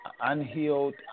unhealed